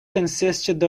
consisted